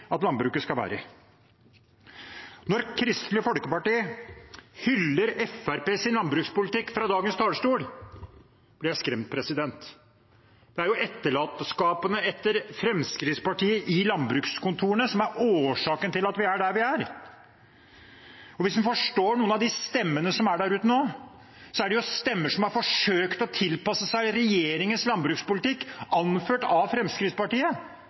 at landbruket skal være i. Når Kristelig Folkeparti hyller Fremskrittspartiets landbrukspolitikk fra talerstolen i dag, blir jeg skremt. Det er jo etterlatenskapene etter Fremskrittspartiet i landbrukskontorene som er årsaken til at vi er der vi er. Hvis en vil forstå noen av de stemmene som er der ute nå, er det stemmer som har forsøkt å tilpasse seg regjeringens landbrukspolitikk, anført av Fremskrittspartiet,